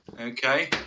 okay